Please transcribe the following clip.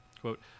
Quote